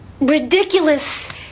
Ridiculous